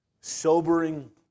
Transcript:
sobering